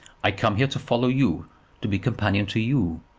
i come here to follow you to be companion to you,